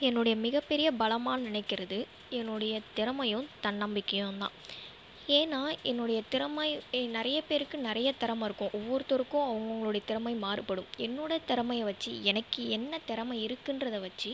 என்னுடைய மிகப்பெரிய பலமாக நினைக்குறது என்னோடய திறமையும் தன்னம்பிக்கையுந்தான் ஏன்னா என்னோடைய திறமை நிறைய பேருக்கு நிறைய திறமை இருக்கும் ஒவ்வொருத்தருக்கும் அவங்கவுங்களோட திறமை மாறுபடும் என்னோடய திறமைய வெச்சு எனக்கு என்ன திறம இருக்குன்றத வெச்சு